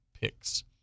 picks